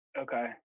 Okay